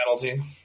penalty